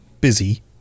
busy